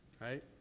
Right